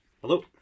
Hello